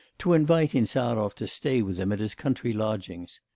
to invite insarov to stay with him at his country lodgings.